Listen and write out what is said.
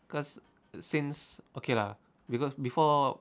cause since okay lah becaus~ before